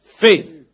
Faith